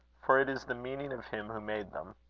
for it is the meaning of him who made them.